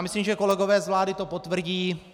Myslím, že kolegové z vlády to potvrdí.